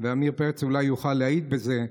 עמיר פרץ אולי יוכל להעיד בזה.